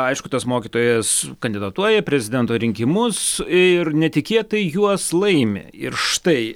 aišku tas mokytojas kandidatuoja į prezidento rinkimus ir netikėtai juos laimi ir štai